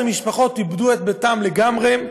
14 משפחות איבדו את ביתן לגמרי,